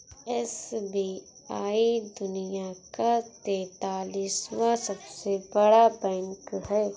SBI दुनिया का तेंतालीसवां सबसे बड़ा बैंक है